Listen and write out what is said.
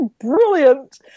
brilliant